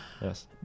Yes